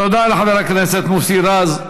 תודה לחבר הכנסת מוסי רז.